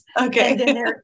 Okay